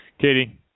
Katie